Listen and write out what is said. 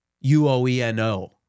U-O-E-N-O